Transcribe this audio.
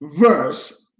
verse